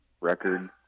record